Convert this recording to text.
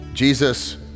Jesus